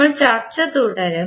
നമ്മൾ ചർച്ച തുടരും